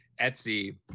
etsy